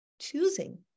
choosing